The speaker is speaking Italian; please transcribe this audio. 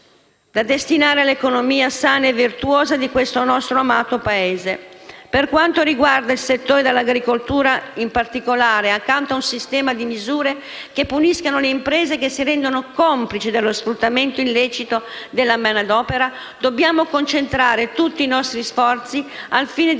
da destinare all'economia sana e virtuosa di questo nostro amato Paese. Per quanto riguarda il settore dell'agricoltura in particolare, accanto a un sistema di misure che puniscano le imprese che si rendono complici dello sfruttamento illecito della manodopera, dobbiamo concentrare tutti i nostri sforzi al fine di